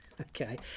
Okay